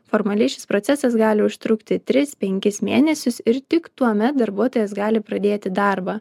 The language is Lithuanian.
formaliai šis procesas gali užtrukti tris penkis mėnesius ir tik tuomet darbuotojas gali pradėti darbą